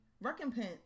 recompense